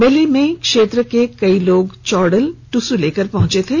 मेले में क्षेत्र के लोग चौड़ल टुसू लेकर पहुंचे थे